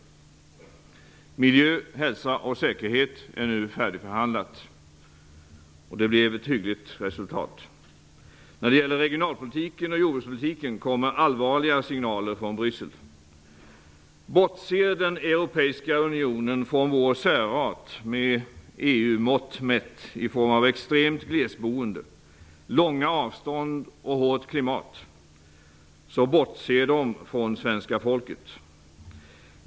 Områdena miljö, hälsa och säkerhet är nu färdigförhandlade, och det blev ett hyggligt resultat. När det gäller regionalpolitiken och jordbrukspolitiken kommer allvarliga signaler från Bryssel. Bortser den europeiska unionen från vår särart med EU-mått mätt i form av extremt glesboende, långa avstånd och hårt klimat, så bortser EU från svenska folket.